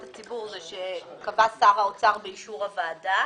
הציבור זה שקבע שר האוצר באישור הוועדה